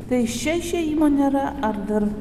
tai iš čia išėjimo nėra ar dar